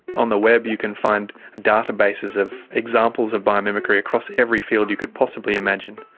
on the web you can find databases of examples of biomimicry across every field you could possible imagine.